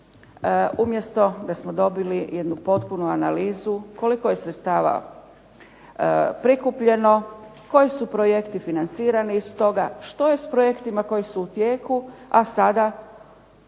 umjesto da smo dobili jednu potpunu analizu koliko je sredstava prikupljeno, koji su projekti financirani iz toga, što je s projektima koji su u tijeku, a sada